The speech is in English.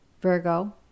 Virgo